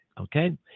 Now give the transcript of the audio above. Okay